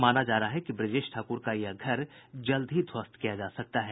माना जा रहा है कि ब्रजेश ठाकुर का यह घर जल्द ही ध्वस्त किया जा सकता है